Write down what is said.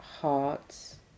hearts